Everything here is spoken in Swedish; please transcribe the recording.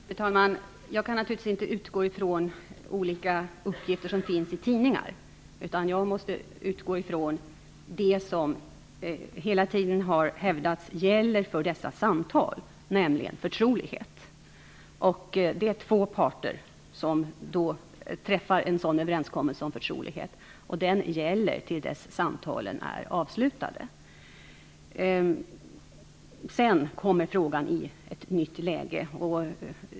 Fru talman! Jag kan naturligtvis inte utgå från olika tidningsuppgifter, utan jag måste utgå från det som hela tiden har hävdats gäller för dessa samtal, nämligen förtrolighet. Det är två parter som träffar en överenskommelse om förtrolighet. Den gäller tills samtalen är avslutade. Sedan kommer frågan i ett nytt läge.